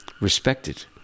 respected